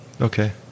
Okay